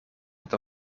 het